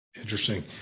Interesting